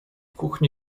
kuchni